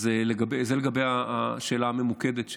זה לגבי השאלה הממוקדת שלך,